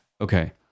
Okay